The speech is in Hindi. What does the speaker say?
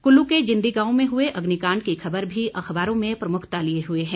कुल्लू के जिंदी गांव में हुए अग्निकांड की खबर भी अखबारों में प्रमुखता लिए हुए है